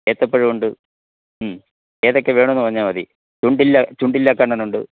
ഏത്തപ്പഴമുണ്ട് മ് ഏതൊക്കെ വേണമെന്ന് പറഞ്ഞാല് മതി ചുണ്ടില്ലാ ചുണ്ടില്ലാക്കണ്ണനുണ്ട്